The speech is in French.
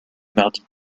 mardi